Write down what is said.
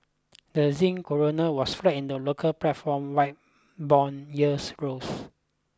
the koruna was flat in the local platform white bond yields growth